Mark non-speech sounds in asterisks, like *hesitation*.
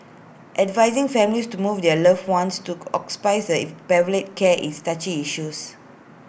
advising families to move their loved ones to *hesitation* hospices palliative care is touchy issues